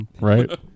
right